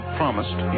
promised